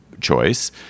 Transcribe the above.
choice